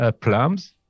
plums